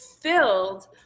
filled